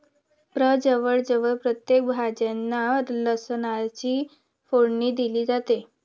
प्रजवळ जवळ प्रत्येक भाज्यांना लसणाची फोडणी दिली जाते